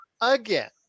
again